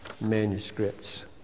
manuscripts